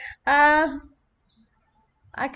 uh I